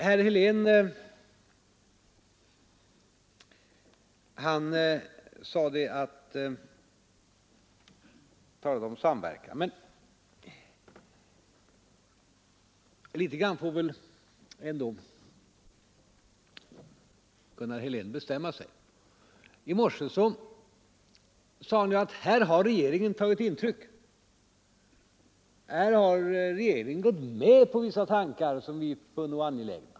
Herr Helén talade om samverkan. Men litet grand får väl ändå Gunnar Helén bestämma sig. I morse sade han att här har regeringen tagit intryck, här har regeringen gått med på vissa tankar som man själv funnit angelägna.